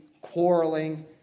quarreling